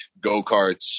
go-karts